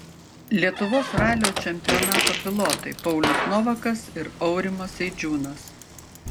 lietuvos ralio čempionato pilotai paulius novakas ir aurimas eidžiūnas